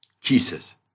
Jesus